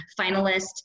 finalist